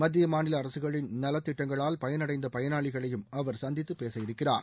மத்திய மாநில அரசுகளின் நலத்திட்டங்களால் பயனடைந்த பயனாளிகளையும் அவர் சந்தித்து பேசவிருக்கிறார்